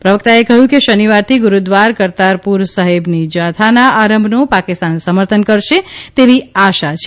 પ્રવક્તાએ કહ્યુ કે શનિવારથી ગુરુદ્વારા કરતારપુર સાહેબની જાથાના આરંભનુ પાકિસ્તાન સમર્થન કરશે તેવી આશા છે